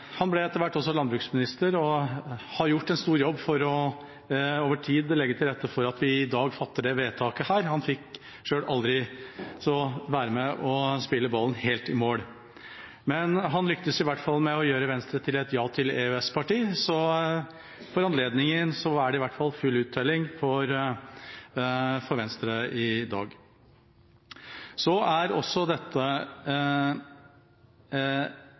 han bl.a. forslaget om å tillate produksjon av sider. Han ble etter hvert også landbruksminister og har gjort en stor jobb for over tid å legge til rette for at vi i dag fatter dette vedtaket. Selv fikk han aldri være med på å spille ballen helt i mål, men han lyktes med å gjøre Venstre til et ja-til-EØS-parti, så det er i hvert fall full uttelling for Venstre i dag. Dette er også